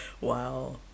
Wow